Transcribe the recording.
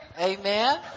Amen